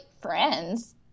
friends